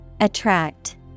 Attract